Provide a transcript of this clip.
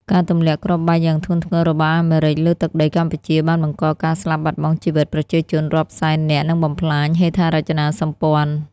ការទម្លាក់គ្រាប់បែកយ៉ាងធ្ងន់ធ្ងររបស់អាមេរិកលើទឹកដីកម្ពុជា បានបង្កការស្លាប់បាត់បង់ជីវិតប្រជាជនរាប់សែននាក់ និងបំផ្លាញហេដ្ឋារចនាសម្ព័ន្ធ។